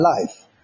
life